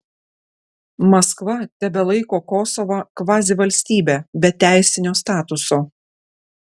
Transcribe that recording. maskva tebelaiko kosovą kvazivalstybe be teisinio statuso